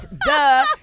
duh